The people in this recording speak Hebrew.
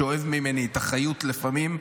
שואב ממני את החיות לפעמים,